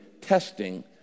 testing